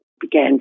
began